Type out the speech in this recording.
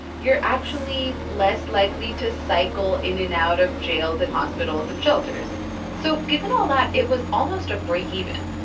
you're actually less likely to cycle in and out of jails and hospitals and shelters so given all that, it was almost a break even.